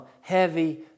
heavy